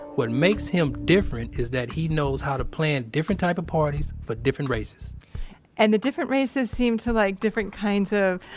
what makes him different is that he knows how to plan different type of parties for different races and the different races seem to like different kinds of